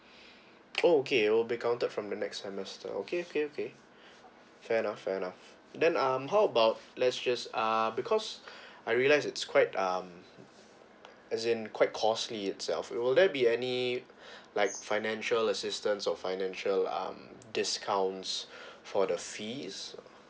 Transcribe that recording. okay will be counted from the next semester okay okay okay fair enough fair enough then um how about let's just um because I realise it's quite um as in quite costly itself will there be any like financial assistance or financial um discounts for the fees